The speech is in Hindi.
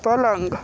पलंग